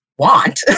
want